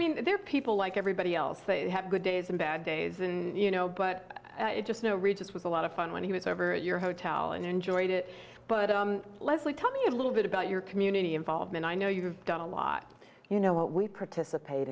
mean they're people like everybody else they have good days and bad days and you know but i just know regis was a lot of fun when he was over at your hotel and enjoyed it but i'm leslie tell me a little bit about your community involvement i know you have done a lot you know what we participate